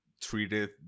treated